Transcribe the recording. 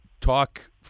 talk